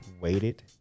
waited